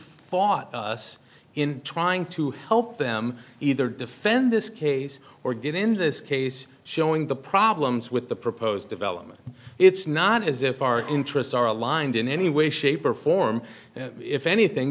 fought us in trying to help them either defend this case or get in this case showing the problems with the proposed development it's not as if our interests are aligned in any way shape or form if anything